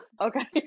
Okay